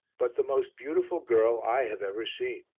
but the most beautiful girl i have ever seen.